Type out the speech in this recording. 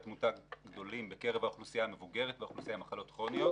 תמותה גדולים בקרב האוכלוסייה המבוגרת והאוכלוסייה עם מחלות כרוניות.